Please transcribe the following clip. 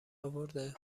اورده